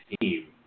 team